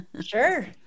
sure